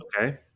okay